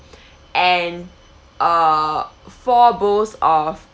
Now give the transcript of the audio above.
and uh for both of